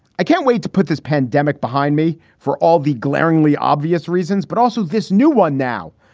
i can't wait to put this pandemic behind me. for all the glaringly obvious reasons, but also this new one. now,